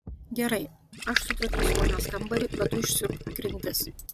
gerai aš sutvarkysiu vonios kambarį bet tu išsiurbk grindis